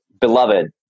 beloved